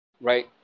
right